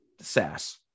SaaS